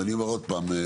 אני אומר עוד פעם,